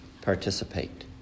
participate